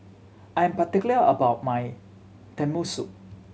I am particular about my Tenmusu